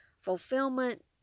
fulfillment